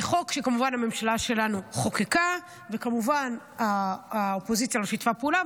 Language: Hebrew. זה חוק שכמובן הממשלה שלנו חוקקה וכמובן האופוזיציה לא שיתפה פעולה,